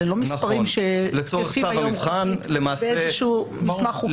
אלה לא מספרים שתקפים היום באיזה שהוא מסמך חוקי.